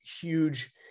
huge